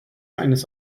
eines